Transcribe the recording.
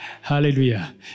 Hallelujah